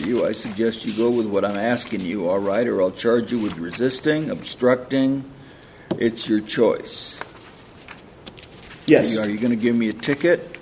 you i suggest you go with what i'm asking you are right are all charged with resisting obstructing it's your choice yes are you going to give me a ticket